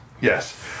yes